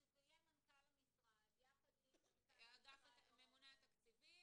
שזה יהיה מנכ"ל המשרד יחד עם --- הממונה על התקציבים,